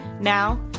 Now